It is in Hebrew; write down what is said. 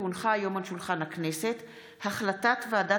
כי הונחה היום על שולחן הכנסת החלטת הוועדה